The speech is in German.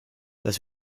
das